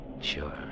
Sure